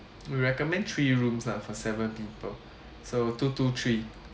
we recommend three rooms lah for seven people so two two three